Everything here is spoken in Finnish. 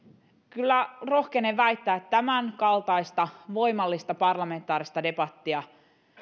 kyllä rohkenen väittää että tämänkaltaista voimallista parlamentaarista debattia